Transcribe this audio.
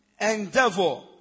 endeavor